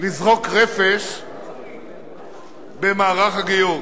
לזרוק רפש במערך הגיור.